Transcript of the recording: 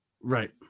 Right